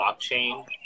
blockchain